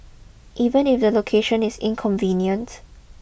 even if the location is inconvenient